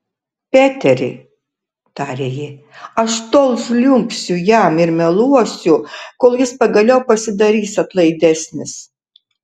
peteri tarė ji aš tol žliumbsiu jam ir meluosiu kol jis pagaliau pasidarys atlaidesnis